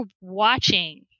watching